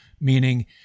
Meaning